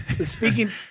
Speaking